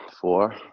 four